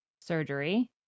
surgery